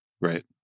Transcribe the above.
Right